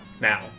Now